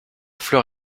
fleur